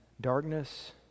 darkness